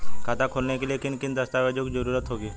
खाता खोलने के लिए किन किन दस्तावेजों की जरूरत होगी?